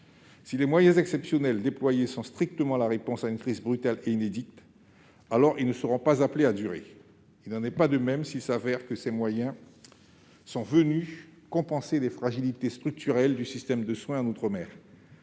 Si les moyens exceptionnels déployés sont strictement la réponse à une crise brutale et inédite, ils ne seront pas appelés à durer. Il n'en est pas de même, s'il s'avère que ces moyens sont venus compenser des fragilités structurelles du système de soins en outre-mer.